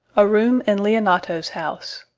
a room in leonato's house.